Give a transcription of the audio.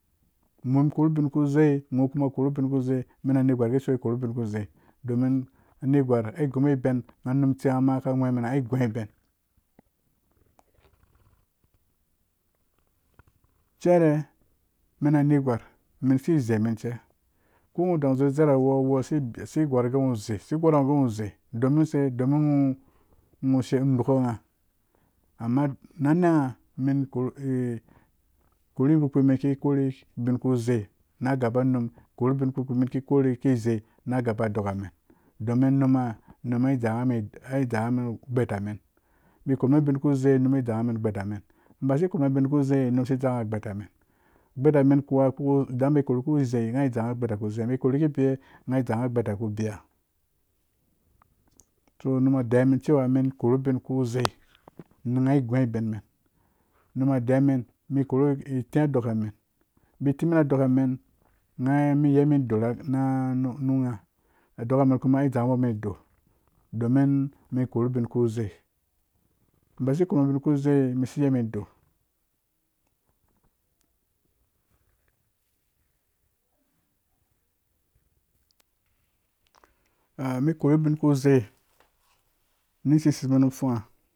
Ngho kuru ubin ku zei mena netigwar kishoo men kori ubin ku zei domin a netigwar ai gũbo beu. ngha num istekam ngha aka gwemen ai gũ uben i cere umen a negwar men isizeimen che ko ngho uwu zezerawoo, uwoo asi gora ngho agee ngho uzei domin use domin ngho umɔrko ngha, amma na nanhã umen koru yada pkukpi umenki korhe ubin ku zei na gaba unum korhu ubin kpi umin ki koreh zei na gaba a dɔɔkamen. domin unuma unum aii dzangha ugbe ta bma bai si korumin ubin ku zei. unum asi dzaa nghamen ugbetanen. ugbetamen kuwa bai kore ku zei ngha dzaa ngha ku zeya bai kore ki bewe ngha dzaa gbeta ku boweha. so unum adeiyiwamen cewa umen koru ubin ku zei, ngha igõ iben men. unum adeiwa men man itia dos kamen, bai tii mn a dokamen. men yei men idor ru ngha. adokamen kuma ai dzaa umbo men idor. domin umen korhu ubinku zei, uba si korhu men ubin ku zei si yeimen idor umen koru ubin ku zei mi sisei men nu pfunga.